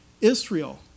Israel